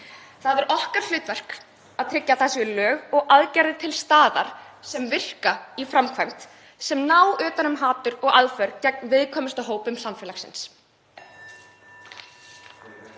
Það er okkar hlutverk að tryggja að það séu lög og aðgerðir til staðar sem virka í framkvæmd, sem ná utan um hatur og aðför gegn viðkvæmustu hópum samfélagsins.